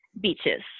beaches